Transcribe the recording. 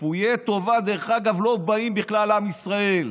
וכפויי טובה לא באים בכלל לעם ישראל.